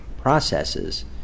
processes